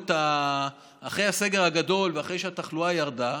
אחרי הסגר הגדול ואחרי שהתחלואה ירדה,